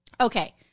okay